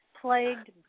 plagued